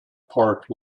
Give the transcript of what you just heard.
park